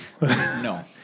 No